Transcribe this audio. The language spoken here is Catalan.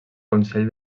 consell